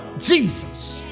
Jesus